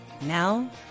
Now